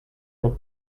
long